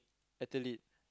athlete